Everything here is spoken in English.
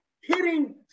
hitting